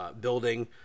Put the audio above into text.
building